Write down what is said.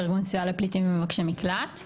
ארגון סיוע לפליטים ומבקשי מקלט.